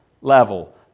level